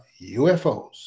UFOs